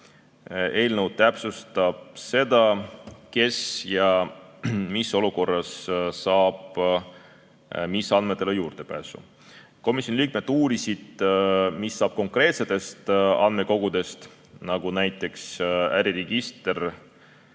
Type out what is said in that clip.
eelnõu täpsustab seda, kes ja mis olukorras saab mis andmetele juurdepääsu. Komisjoni liikmed uurisid, mis saab konkreetsetest andmekogudest, nagu näiteks äriregister